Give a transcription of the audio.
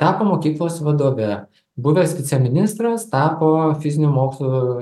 tapo mokyklos vadove buvęs viceministras tapo fizinių mokslų